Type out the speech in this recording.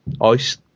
ice